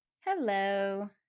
Hello